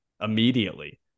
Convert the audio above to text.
immediately